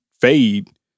fade